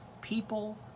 people